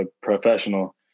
professional